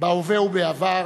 בהווה ובעבר,